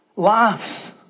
Laughs